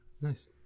Nice